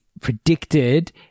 predicted